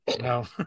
No